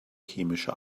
chemische